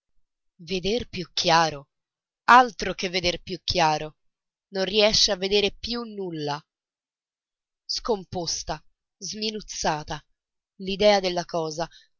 veder più chiaro altro che veder più chiaro non riesce a vedere più nulla scomposta sminuzzata l'idea della cosa